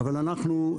אבל אנחנו,